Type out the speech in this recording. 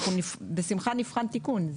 אנחנו בשמחה נבחן תיקון,